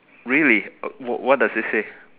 really what what does it say